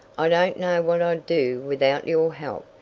i don't know what i'd do without your help.